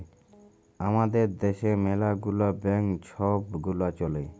আমাদের দ্যাশে ম্যালা গুলা ব্যাংক ছব গুলা চ্যলে